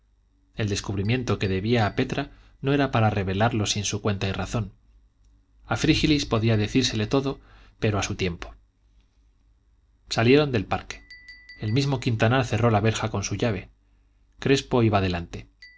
el descubrimiento que debía a petra no era para revelado sin su cuenta y razón a frígilis podía decírsele todo pero a su tiempo salieron del parque el mismo quintanar cerró la verja con su llave crespo iba delante